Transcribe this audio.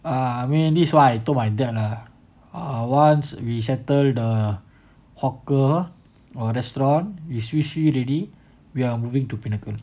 uh I mean this why I told my dad lah (err)once we settle the hawker or restaurant you sui sui already we are moving to pinnacle